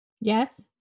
Yes